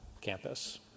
campus